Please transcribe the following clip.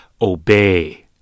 obey